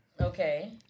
Okay